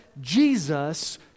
Jesus